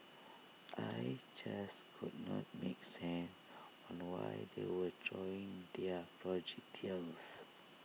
I just could not make sand and why they were throwing their projectiles